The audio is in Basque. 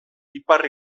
ipar